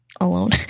alone